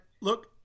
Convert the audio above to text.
look